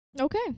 Okay